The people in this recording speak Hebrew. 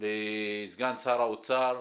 לסגן שר האוצר.